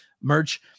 merch